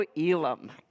Elam